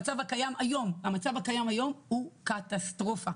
המצב שם מזעזע.